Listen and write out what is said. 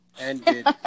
ended